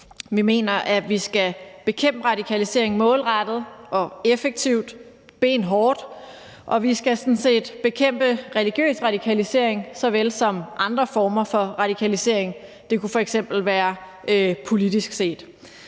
Vi mener, at vi skal bekæmpe radikalisering målrettet, effektivt og benhårdt, og vi skal sådan set bekæmpe religiøs radikalisering såvel som andre former for radikalisering – det kunne f.eks. være politisk set.